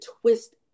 twist